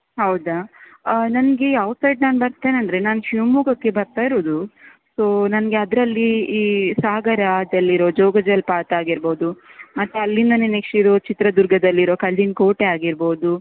ಹೌದಾ ನನಗೆ ಯಾವ ಸೈಡ್ ನಾನು ಬರ್ತೇನಂದ್ರೆ ನಾನು ಶಿವಮೊಗ್ಗಕ್ಕೆ ಬರ್ತಾ ಇರೋದು ಸೊ ನನಗೆ ಅದರಲ್ಲಿ ಈ ಸಾಗರದಲ್ಲಿರೋ ಜೋಗ ಜಲಪಾತ ಆಗಿರಬಹುದು ಮತ್ತು ಅಲ್ಲಿಂದಾನೆ ನೆಕ್ಸ್ಟ್ ಇರೋ ಚಿತ್ರದುರ್ಗದಲ್ಲಿರೊ ಕಲ್ಲಿನ ಕೋಟೆ ಆಗಿರಬಹುದು